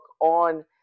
on